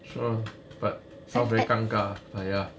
sure but sound very 尴尬 but ya